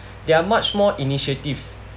there are much more initiatives